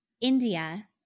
India